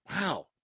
Wow